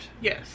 Yes